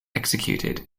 executed